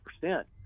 percent